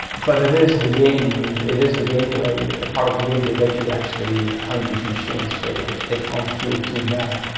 but it is the game, it is the gameplay, part of the gameplay that you actually hunt these machines. so it it can't feel too bad.